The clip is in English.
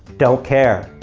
don't care.